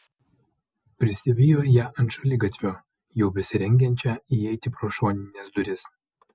prisivijo ją ant šaligatvio jau besirengiančią įeiti pro šonines duris